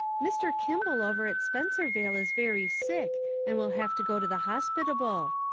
mr. kimball over at spenservale is very sick and will have to go to the hospitable.